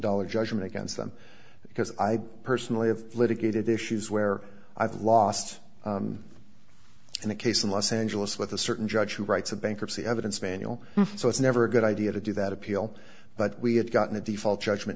dollar judgment against them because i personally have litigated issues where i've lost and a case in los angeles with a certain judge who writes a bankruptcy evidence manual so it's never a good idea to do that appeal but we had gotten a default judgment